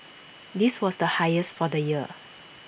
this was the highest for the year